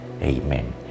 Amen